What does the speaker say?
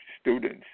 students